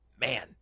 man